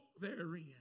therein